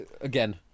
Again